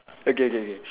okay K K